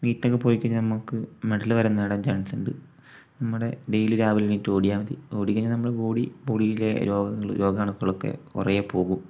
മീറ്റൊക്കെ പോയിക്കഴിഞ്ഞാൽ നമുക്ക് മെഡല് വരെ നേടാൻ ചാൻസുണ്ട് നമ്മുടെ ഡെയിലി രാവിലെ എണീറ്റ് ഓടിയാൽ മതി ഓടിക്കഴിഞ്ഞാൽ നമ്മുടെ ബോഡി ബോഡിയിലെ രോഗങ്ങൾ രോഗാണുക്കളൊക്കെ കുറേ പോകും